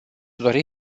dori